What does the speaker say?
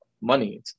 money